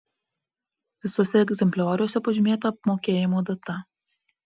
visuose egzemplioriuose pažymėta apmokėjimo data